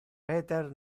peter